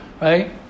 right